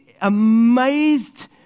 amazed